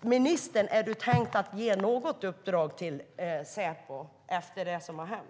ministern tänkt ge något uppdrag till Säpo efter det som har hänt?